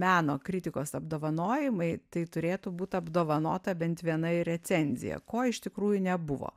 meno kritikos apdovanojimai tai turėtų būt apdovanota bent viena ir recenzija ko iš tikrųjų nebuvo